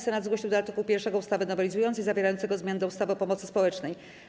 Senat zgłosił do art. 1 ustawy nowelizującej zawierającego zmiany do ustawy o pomocy społecznej.